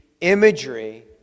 imagery